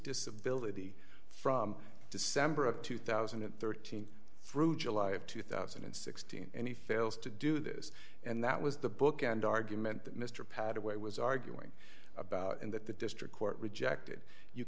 disability from december of two thousand and thirteen through july of two thousand and sixteen and he fails to do this and that was the book and argument that mr pad away was arguing about and that the district court rejected you